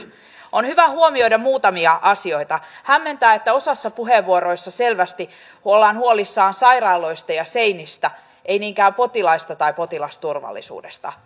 on hyvä huomioida muutamia asioita hämmentää että osassa puheenvuoroja selvästi ollaan huolissaan sairaaloista ja seinistä ei niinkään potilaista tai potilasturvallisuudesta